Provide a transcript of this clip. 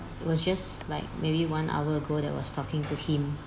it was just like maybe one hour ago I was talking to him